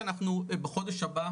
שאנחנו בחודש הבא,